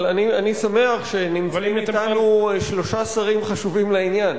אני שמח שנמצאים אתנו שלושה שרים חשובים לעניין,